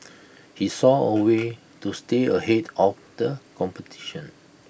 he saw A way to stay ahead of the competition